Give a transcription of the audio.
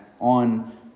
on